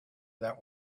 that